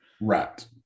Right